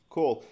Cool